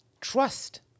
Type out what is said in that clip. Trust